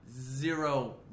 zero